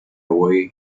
away